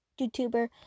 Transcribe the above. YouTuber